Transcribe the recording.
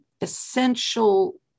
essential